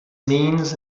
means